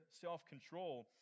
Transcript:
self-control